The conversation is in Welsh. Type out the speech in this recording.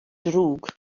drwg